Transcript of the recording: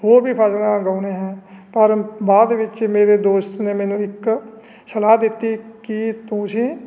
ਉਹ ਵੀ ਫਸਲਾਂ ਉਗਾਉਂਦੇ ਹਾਂ ਪਰ ਬਾਅਦ ਦੇ ਵਿੱਚ ਮੇਰੇ ਦੋਸਤ ਨੇ ਮੈਨੂੰ ਇੱਕ ਸਲਾਹ ਦਿੱਤੀ ਕਿ ਤੁਸੀਂ